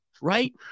Right